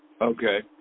Okay